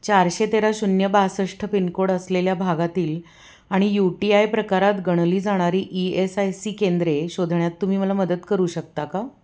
चारशे तेरा शून्य बासष्ट पिनकोड असलेल्या भागातील आणि यू टी आय प्रकारात गणली जाणारी ई एस आय सी केंद्रे शोधण्यात तुम्ही मला मदत करू शकता का